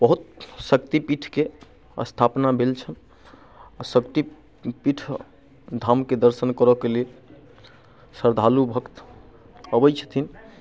बहुत शक्तिपीठके स्थापना भेल छन्हि आ शक्तिपीठ धामके दर्शन करयके लेल श्रद्धालु भक्त अबैत छथिन